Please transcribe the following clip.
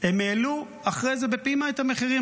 הם העלו אחרי זה בפעימה את המחירים,